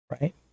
Right